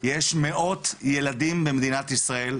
יש מאות ילדים במדינת ישראל,